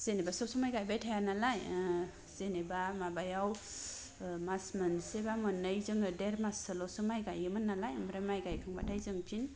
जेनोबा सब समाय गाइबाय थाया नालाय जेनोबा माबायाव मास मोनसे बा मोननै जोंङो देर मास सोल'सो माइ गायोमोन नालाय ओमफ्राय माइ गाइखांबाथा जों फिन